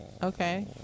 Okay